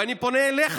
ואני פונה אליך,